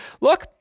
look